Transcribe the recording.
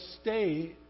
stay